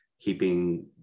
keeping